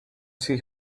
see